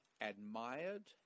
admired